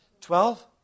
Twelve